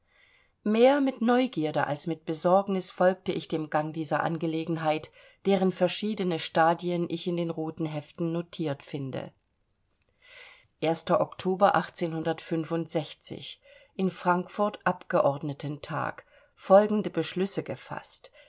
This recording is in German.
mehr mit neugierde als mit besorgnis folgte ich dem gang dieser angelegenheit deren verschiedene stadien ich in den roten heften notiert finde oktober in frankfurt abgeordnetentag folgende beschlüsse gefaßt